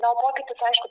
na o pokytis aišku